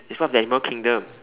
it's part of the animal kingdom